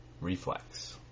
reflex